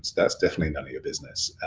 that's definitely none of your business.